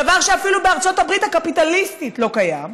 דבר שאפילו בארצות הברית הקפיטליסטית לא קיים,